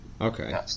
Okay